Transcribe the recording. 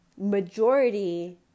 majority